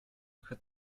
had